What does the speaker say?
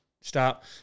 stop